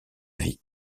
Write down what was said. vie